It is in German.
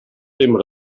dem